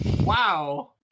Wow